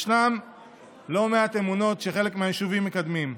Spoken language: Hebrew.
יש לא מעט אמונות שחלק מהיישובים מקדמים.